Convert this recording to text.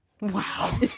Wow